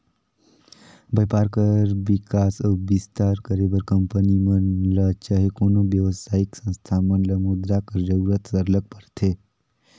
बयपार कर बिकास अउ बिस्तार करे बर कंपनी मन ल चहे कोनो बेवसायिक संस्था मन ल मुद्रा कर जरूरत सरलग परथे